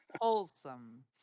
Wholesome